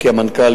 כי המנכ"לים,